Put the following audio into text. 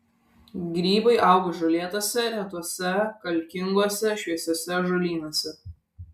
grybai auga žolėtuose retuose kalkinguose šviesiuose ąžuolynuose